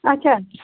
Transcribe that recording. اَچھا